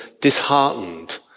disheartened